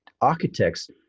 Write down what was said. architects